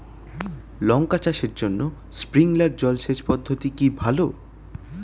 লঙ্কা চাষের জন্য স্প্রিংলার জল সেচ পদ্ধতি কি ভালো?